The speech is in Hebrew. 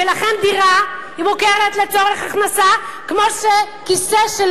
ולכן דירה מוכרת לצורך מס הכנסה כמו שכיסא של